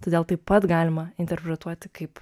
todėl taip pat galima interpretuoti kaip